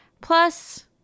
Plus